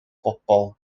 bobl